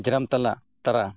ᱡᱟᱱᱟᱢ ᱛᱟᱞᱟ ᱛᱚᱨᱟ